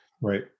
right